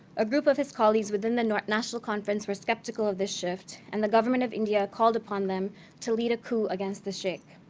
a group of his colleagues within the national conference were skeptical of this shift, and the government of india called upon them to lead a coup against the sheik.